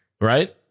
Right